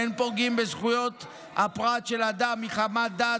אין פוגעים בזכויות הפרט של אדם מחמת דת,